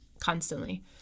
Constantly